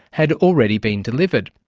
had already been delivered.